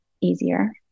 easier